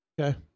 Okay